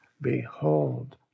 behold